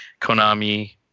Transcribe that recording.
Konami